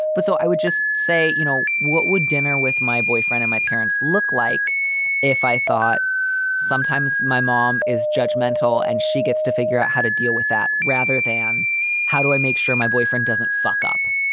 but so i would just say, you know, what would dinner with my boyfriend and my parents look like if i thought sometimes my mom is judgmental and she gets to figure out how to deal with that rather than how do i make sure my boyfriend doesn't fuck up.